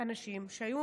אנשים שהם